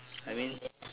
I mean